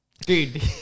Dude